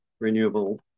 renewable